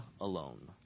alone